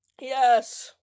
Yes